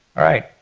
alright,